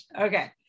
okay